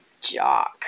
Jock